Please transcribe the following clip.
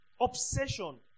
Obsession